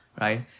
right